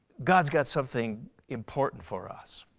god's got something important for us.